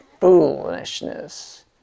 foolishness